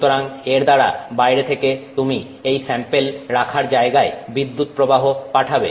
সুতরাং এর দ্বারা বাইরে থেকে তুমি এই স্যাম্পেল রাখার জায়গায় বিদ্যুৎ প্রবাহ পাঠাবে